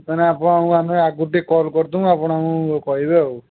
ତା'ହେଲେ ଆପଣଙ୍କୁ ଆମେ ଆଗରୁ ଟିକେ କଲ୍ କରିଦେବୁ ଆପଣ ଆମକୁ କହିବେ ଆଉ